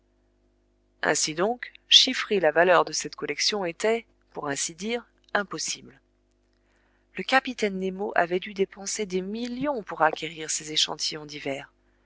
ainsi donc chiffrer la valeur de cette collection était pour ainsi dire impossible le capitaine nemo avait dû dépenser des millions pour acquérir ces échantillons divers